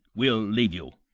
we'll leave you.